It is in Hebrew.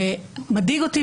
ומדאיג אותי,